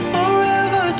Forever